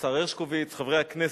השר הרשקוביץ, חברי הכנסת,